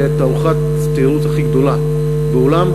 לתערוכת התיירות הכי גדולה בעולם,